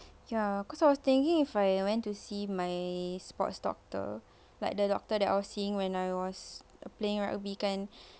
ya cause I was thinking if I went to see my sports doctor like the doctor that I was seeing when I was playing rugby kan